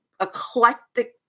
eclectic